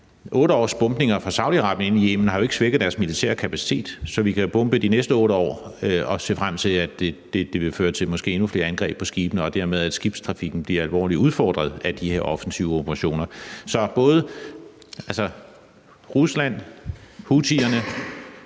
8 års bombninger fra Saudi-Arabien ind i Yemen har jo ikke svækket deres militære kapacitet. Så vi kan bombe de næste 8 år og se frem til, at det måske vil føre til endnu flere angreb på skibene og dermed, at skibstrafikken bliver alvorligt udfordret af de her offensive operationer. Så deler